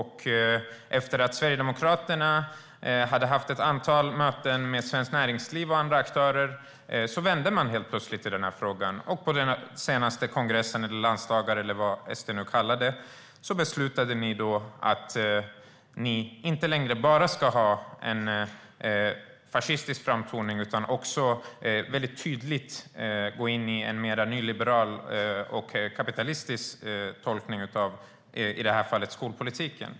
Efter att Sverigedemokraterna hade haft ett antal möten med Svenskt Näringsliv och andra aktörer vände de helt plötsligt i denna fråga. På den senaste kongressen, landsdagarna eller vad ni nu kallar det, beslutade ni att ni inte längre bara ska ha en fascistisk framtoning utan också mycket tydligt gå in i en mer nyliberal och kapitalistisk tolkning av i detta fall skolpolitiken.